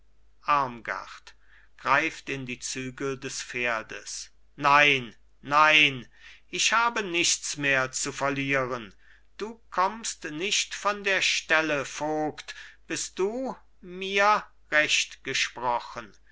die zügel des pferdes nein nein ich habe nichts mehr zu verlieren du kommst nicht von der stelle vogt bis du mir recht gesprochen